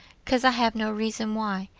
cause i have no reason why,